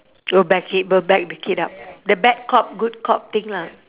go back him go back the kid up the bad cop good cop thing lah